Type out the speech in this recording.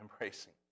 embracing